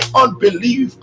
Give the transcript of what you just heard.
unbelief